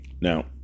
Now